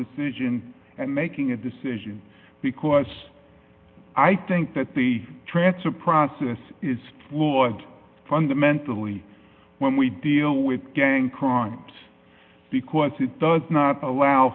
decision and making a decision because i think that the transfer process is flawed fundamentally when we deal with gang crime because it does not allow